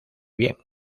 bien